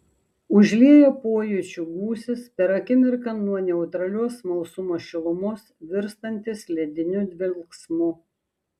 užlieja pojūčių gūsis per akimirką nuo neutralios smalsumo šilumos virstantis lediniu dvelksmu